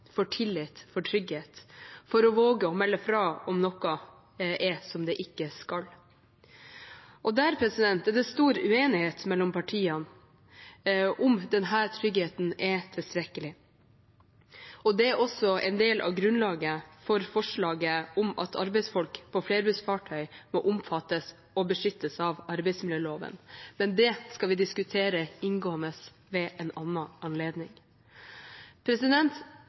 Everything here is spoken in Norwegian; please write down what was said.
for tillit, for trygghet, for å våge å melde fra om noe er som det ikke skal. Det er stor uenighet mellom partiene om denne tryggheten er tilstrekkelig. Det er også en del av grunnlaget for forslaget om at arbeidsfolk på flerbruksfarttøy må omfattes og beskyttes av arbeidsmiljøloven. Men det skal vi diskutere inngående ved en annen anledning.